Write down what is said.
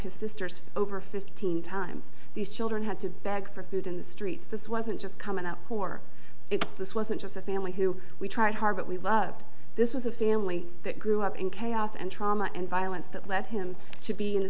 his sisters over fifteen times these children had to beg for food in the streets this wasn't just coming up or if this wasn't just a family who we tried hard that we loved this was a family that grew up in chaos and trauma and violence that led him to be in a